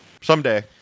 someday